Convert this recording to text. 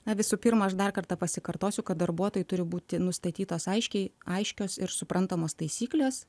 na visų pirma aš dar kartą pasikartosiu kad darbuotojai turi būti nustatytos aiškiai aiškios ir suprantamos taisyklės